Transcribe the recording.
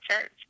church